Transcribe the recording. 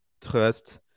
trust